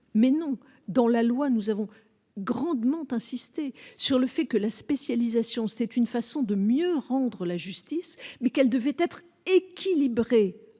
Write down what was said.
mais non dans la loi, nous avons grandement insisté sur le fait que la spécialisation, c'est une façon de mieux rendre la justice, mais qu'elle devait être équilibrée